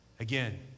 Again